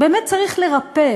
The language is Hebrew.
באמת צריך לרפא